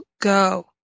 go